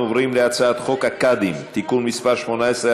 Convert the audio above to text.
אנחנו עוברים להצעת חוק הקאדים (תיקון מס' 18),